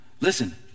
Listen